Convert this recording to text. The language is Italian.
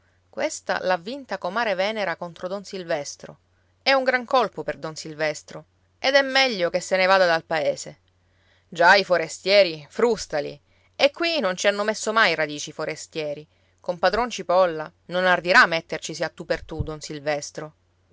mormoravano questa l'ha vinta comare venera contro don silvestro è un gran colpo per don silvestro ed è meglio che se ne vada dal paese già i forestieri frustali e qui non ci hanno messo mai radici i forestieri con padron cipolla non ardirà mettercisi a tu per tu don silvestro